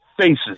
faces